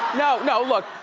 no, no, look.